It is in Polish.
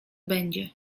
będzie